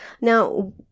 Now